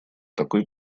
такой